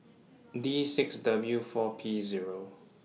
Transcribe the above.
D six W four P Zero